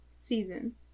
Season